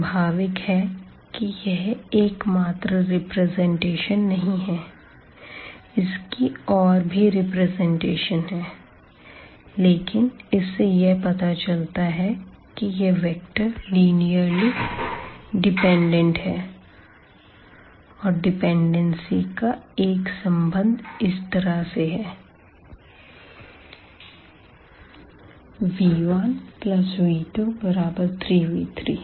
स्वाभाविक है कि यह एकमात्र रिप्रेजेंटेशन नहीं है इसके और भी रिप्रेजेंटेशन है लेकिन इससे यह पता चलता है कि यह वेक्टर लिनीअर्ली डिपेंडेंट है और डिपेंडेंसी का एक संबंध इस तरह से हैं v1v23v3